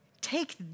Take